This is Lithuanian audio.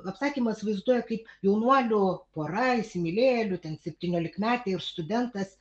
apsakymas vaizduoja kaip jaunuolių pora įsimylėjėlių ten septyniolikmetė ir studentas